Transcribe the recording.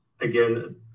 Again